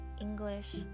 English